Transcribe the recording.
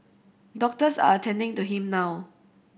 doctors are attending to him now